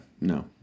No